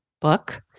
book